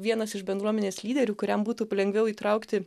vienas iš bendruomenės lyderių kuriam būtų lengviau įtraukti